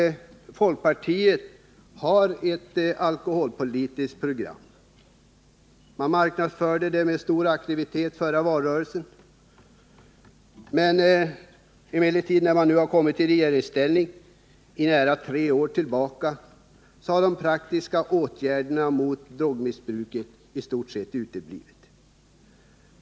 Folkpartiet har ett alkoholpolitiskt program. Man marknadsförde det med stor aktivitet förra valrörelsen. Men när folkpartiet nu kommit i regeringsställning sedan nära tre år tillbaka har de praktiska åtgärderna mot drogmissbruket i stort sett uteblivit.